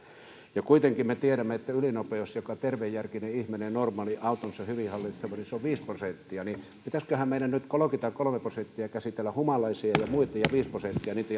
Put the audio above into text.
kuitenkin me tiedämme että ylinopeus jota ajaa tervejärkinen ihminen normaali autonsa hyvin hallitseva se on viisi prosenttia joten pitäisiköhän meidän nyt käsitellä kolmeakymmentäkolmea prosenttia humalaisia ja muita ja sitten niitä